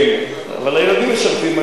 כן, אבל הילדים משרתים.